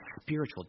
spiritual